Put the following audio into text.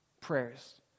prayers